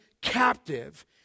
captive